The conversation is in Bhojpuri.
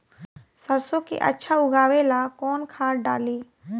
सरसो के अच्छा उगावेला कवन खाद्य डाली?